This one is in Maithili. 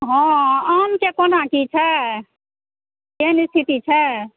हँ आम के कोना की छै केहेन स्थिति छै